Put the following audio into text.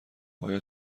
آیا